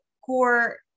core